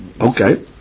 Okay